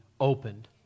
opened